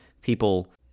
people